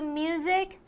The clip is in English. music